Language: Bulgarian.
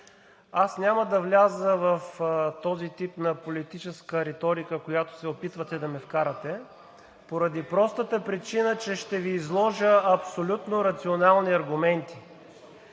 Аз няма да вляза в този тип на политическа риторика, в която се опитвате да ме вкарате, поради простата причина, че ще Ви изложа абсолютно рационални аргументи.